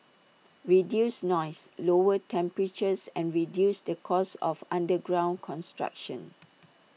reduce noise lower temperatures and reduce the cost of underground construction